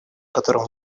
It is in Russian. которым